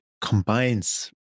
combines